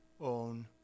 own